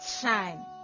shine